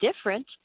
different